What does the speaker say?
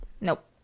nope